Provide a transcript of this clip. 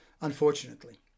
unfortunately